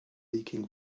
leaking